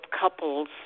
couples